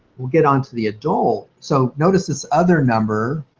we'll get onto the adult. so notice this other number,